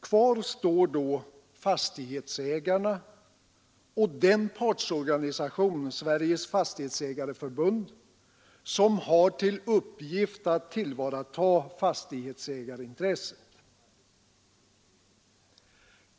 Kvar står då fastighetsägarna och den partsorganisation — Sveriges fastighetsägareförbund — som har till uppgift att tillvarata det privata fastighetsägarintresset.